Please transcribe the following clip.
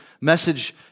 message